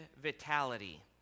vitality